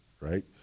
right